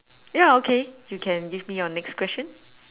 ya okay you can give me your next question